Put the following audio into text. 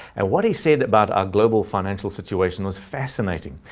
and what he said about our global financial situation was fascinating.